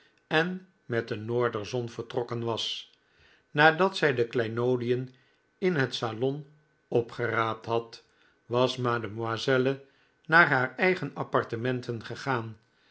en met de noorderzon vertrokken was nadat zij de kleinoodien in het salon opgeraapt had was mademoiselle naar haar eigen appartementen gegaan